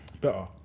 better